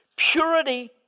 Purity